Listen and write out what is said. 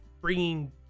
bringing